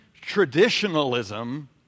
traditionalism